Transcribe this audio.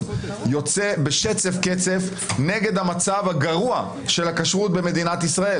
שיוצא בשצף קצף נגד המצב הגרוע של הכשרות במדינת ישראל.